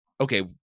okay